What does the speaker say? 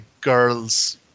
girls